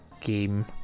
game